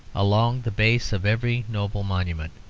along the base of every noble monument,